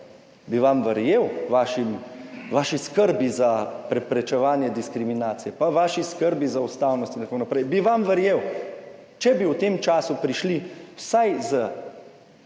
bi vam verjel, vaši skrbi za preprečevanje diskriminacije pa vaši skrbi za ustavnost in tako naprej, bi vam verjel, če bi v tem času prišli vsaj s